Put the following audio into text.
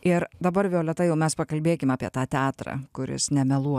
ir dabar violeta jau mes pakalbėkim apie tą teatrą kuris nemeluo